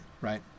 right